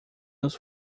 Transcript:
nos